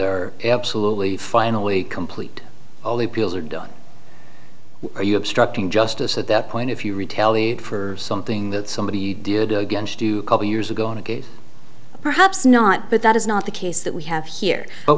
are absolutely finally complete all the pills are done or you obstructing justice at that point if you retaliate for something that somebody did against you a couple years ago in a case perhaps not but that is not the case that we have here but